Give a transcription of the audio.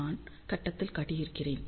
நான் கட்டத்தில் காட்டியிருக்கிறேன்